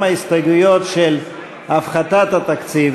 גם ההסתייגויות של הפחתת התקציב